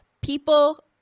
People